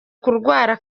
kurwara